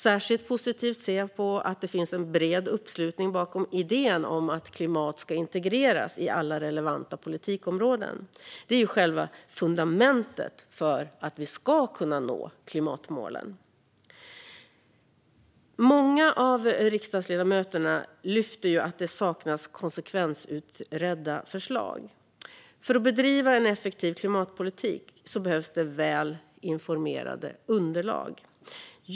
Särskilt positivt ser jag på att det finns en bred uppslutning bakom idén att klimat ska integreras i alla relevanta politikområden. Det är själva fundamentet för att vi ska kunna nå klimatmålen. Många av riksdagsledamöterna lyfter upp att det saknas konsekvensutredda förslag. För att bedriva en effektiv klimatpolitik behövs det väl informerade underlag.